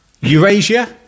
Eurasia